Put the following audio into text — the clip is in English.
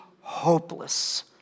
hopeless